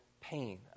pain